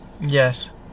Yes